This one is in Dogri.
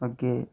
अग्गै